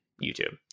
youtube